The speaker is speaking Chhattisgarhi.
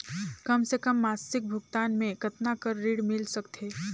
कम से कम मासिक भुगतान मे कतना कर ऋण मिल सकथे?